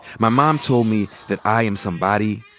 my mom told me that i am somebody,